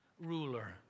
ruler